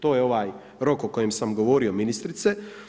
To je ovaj rok o kojem sam govorio ministrice.